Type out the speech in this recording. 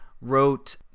wrote